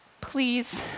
please